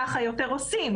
כך עושים יותר,